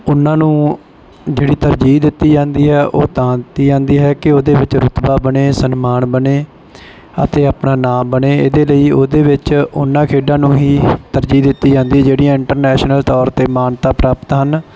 ਉਹਨਾਂ ਨੂੰ ਜਿਹੜੀ ਤਰਜੀਹ ਦਿੱਤੀ ਜਾਂਦੀ ਹੈ ਉਹ ਤਾਂ ਦਿੱਤੀ ਜਾਂਦੀ ਹੈ ਕਿ ਉਹਦੇ ਵਿੱਚ ਰੁਤਬਾ ਬਣੇ ਸਨਮਾਨ ਬਣੇ ਅਤੇ ਆਪਣਾ ਨਾਮ ਬਣੇ ਇਹਦੇ ਲਈ ਉਹਦੇ ਵਿੱਚ ਉਨਾ ਖੇਡਾਂ ਨੂੰ ਹੀ ਤਰਜੀਹ ਦਿੱਤੀ ਜਾਂਦੀ ਜਿਹੜੀਆਂ ਇੰਟਰਨੈਸ਼ਨਲ ਤੌਰ 'ਤੇ ਮਾਨਤਾ ਪ੍ਰਾਪਤ ਹਨ